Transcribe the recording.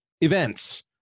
events